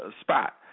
spot